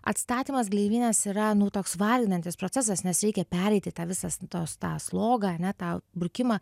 atstatymas gleivinės yra nu toks varginantis procesas nes reikia pereiti tą visą tos tą slogą ane tą burkimą